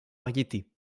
variétés